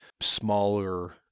smaller